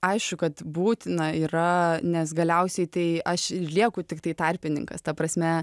aišku kad būtina yra nes galiausiai tai aš lieku tiktai tarpininkas ta prasme